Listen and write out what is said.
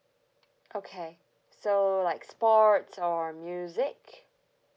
okay so like sports or music